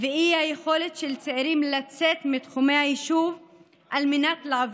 והאי-יכולת של צעירים לצאת מתחומי היישוב לעבוד